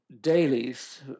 dailies